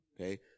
Okay